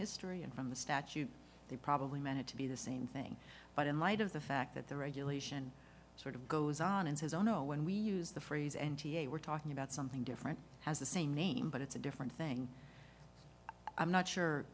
history and from the statute they probably meant it to be the same thing but in light of the fact that the regulation sort of goes on and says oh no when we use the phrase n t a we're talking about something different has the same name but it's a different thing i'm not sure